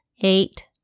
eight